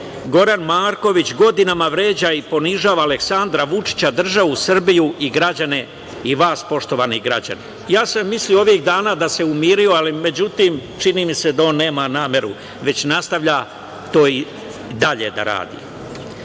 Goran Marković godinama vređa i ponižava Aleksandra Vučića, državu Srbiju i vas, poštovani građani. Mislio sam ovih dana da se umirio, ali čini mi se da on nema nameru, već nastavlja to i dalje da radi. Goran